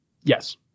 Yes